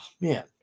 man